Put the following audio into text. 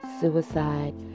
Suicide